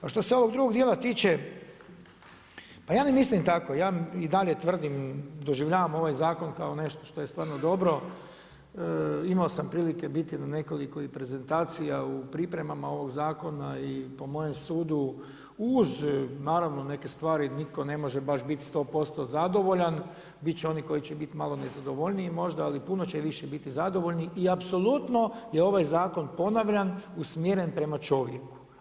A što se ovog drugog djela tiče, pa ja ne mislim tako, ja i dalje tvrdim, doživljavam ovaj zakon kao nešto što je stvarno dobro, imao sam prilike biti i na nekoliko i prezentacija i u pripremama ovog zakona i po mojem sudu, uz naravno neke stvari, nitko ne može biti baš 100% zadovoljan, bit će onih koji će biti malo nezadovoljniji možda, ali puno će više biti zadovoljnih i apsolutno je ovaj zakon, ponavljam, usmjeren prema čovjeku.